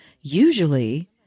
usually